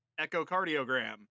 Echocardiogram